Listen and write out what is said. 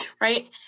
Right